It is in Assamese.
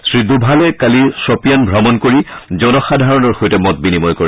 শ্ৰী ডাভালে কালি ছ'পিয়ান ভ্ৰমণ কৰিৰ জনসাধাৰণৰ সৈতে মত বিনিময় কৰে